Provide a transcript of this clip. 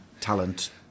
talent